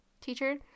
teacher